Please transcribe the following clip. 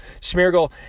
Smeargle